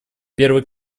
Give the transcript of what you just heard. первый